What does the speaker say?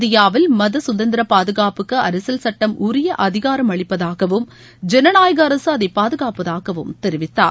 இந்தியாவில் மத சுதந்திர பாதுகாப்புக்கு அரசியல் சுட்டம் உரிய அதிகாரம் அளிப்பதாகவும் ஜனநாயக அரசு அதை பாதுகாப்பதாகவும் தெரிவித்தார்